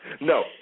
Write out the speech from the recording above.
No